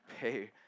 pay